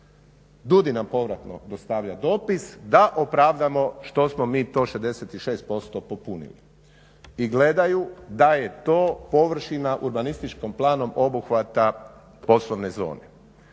DUDI nam povratno dostavlja dopis da opravdamo što smo mi to 66% popunili. I gledaju da je to površina urbanističkim planom obuhvata poslovne zone.